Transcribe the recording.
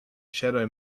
shadow